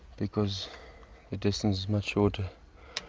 because the distance is much shorter.